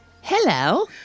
Hello